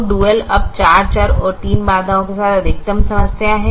तो डुअल अब 4 चर और 3 बाधाओं के साथ एक अधिकतम समस्या है